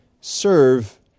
serve